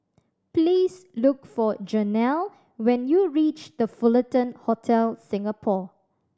please look for Janelle when you reach The Fullerton Hotel Singapore